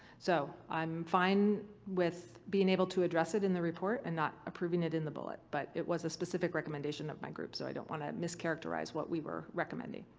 so i'm fine with being able to address it in the report and not approving it in the bullet, but it was a specific recommendation of my group so i don't want to mischaracterize what we were recommending.